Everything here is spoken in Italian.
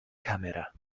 camera